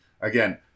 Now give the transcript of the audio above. again